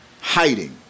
hiding